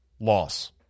loss